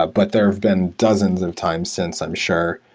but but there've been dozens of times since, i'm sure.